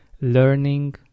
learning